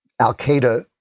Al-Qaeda